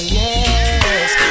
yes